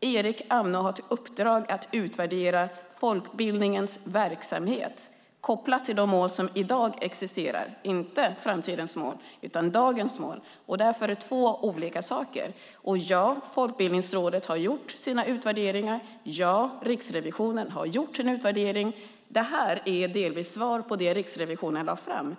Erik Amnå har i uppdrag att utvärdera folkbildningens verksamhet kopplat till de mål som i dag existerar - inte framtidens mål utan dagens mål. Det är två olika saker. Ja, Folkbildningsrådet har gjort sina utvärderingar. Ja, Riksrevisionen har gjort sin utvärdering. Det här är delvis svar på det som Riksrevisionen lade fram.